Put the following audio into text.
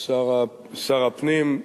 שר הפנים.